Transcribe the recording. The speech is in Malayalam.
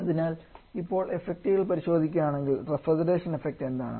അതിനാൽ ഇപ്പോൾ ഇഫക്റ്റുകൾ പരിശോധിക്കുകയാണെങ്കിൽ റഫ്രിജറേഷൻ ഇഫക്റ്റ് എന്താണ്